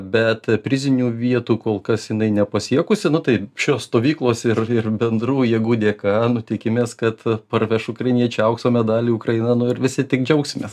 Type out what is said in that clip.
bet prizinių vietų kol kas jinai nepasiekusi nu tai šios stovyklos ir ir bendrų jėgų dėka nu tikimės kad parveš ukrainiečių aukso medalį ukraina nu ir visi tik džiaugsimės